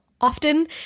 often